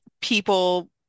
people